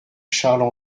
charles